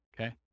Okay